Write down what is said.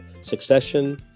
succession